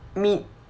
med~